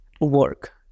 work